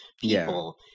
people